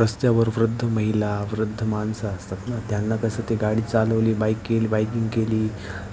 रस्त्यावर वृद्ध महिला वृद्ध माणसं असतात ना त्यांना कसं ते गाडी चालवली बाईक केली बाईकिंग केली